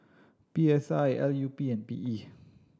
P S I L U P and P E